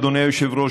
אדוני היושב-ראש,